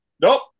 nope